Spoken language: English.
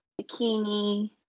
bikini